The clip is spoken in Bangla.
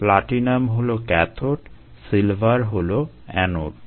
প্লাটিনাম হলো ক্যাথোড সিলভার হলো অ্যানোড